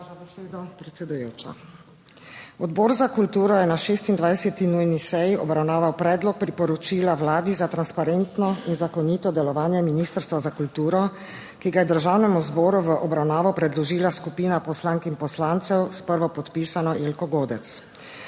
Hvala za besedo, predsedujoča. Odbor za kulturo je na 26. nujni seji obravnaval Predlog priporočila Vladi za transparentno in zakonito delovanje Ministrstva za kulturo, ki ga je Državnemu zboru v obravnavo predložila skupina poslank in poslancev s prvopodpisano Jelko Godec.